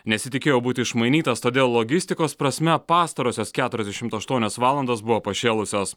nesitikėjo būti išmainytas todėl logistikos prasme pastarosios keturiasdešimt aštuonios valandos buvo pašėlusios